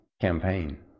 campaign